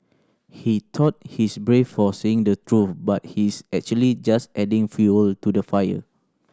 he thought he's brave for saying the truth but he's actually just adding fuel to the fire